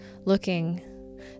looking